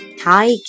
Hi